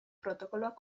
protokoloak